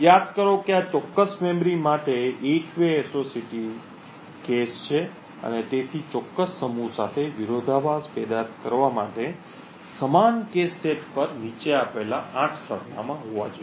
યાદ કરો કે આ ચોક્કસ મેમરી એ 8 વે એસોસિએટીવ cache છે અને તેથી ચોક્કસ સમૂહ સાથે વિરોધાભાસ પેદા કરવા માટે સમાન cache સેટ પર નીચે આપેલા 8 સરનામાં હોવા જોઈએ